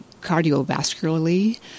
cardiovascularly